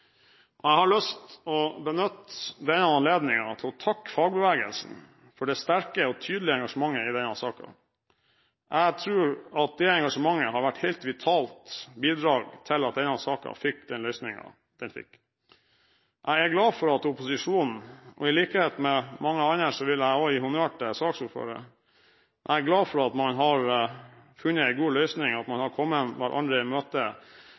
Jeg har lyst til å benytte denne anledningen til å takke fagbevegelsen for det sterke og tydelige engasjementet i denne saken. Jeg tror at det engasjementet har vært et helt vitalt bidrag til at denne saken fikk den løsningen den fikk. Jeg er glad for at man har funnet en god løsning – og i likhet med mange andre vil også jeg gi honnør til saksordføreren, fra opposisjonen – at man har kommet hverandre i møte